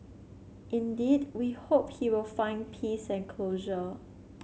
indeed we hope he will find peace and closure